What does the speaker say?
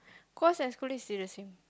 because excluding is serious sing